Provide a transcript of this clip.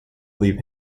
leave